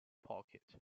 pocket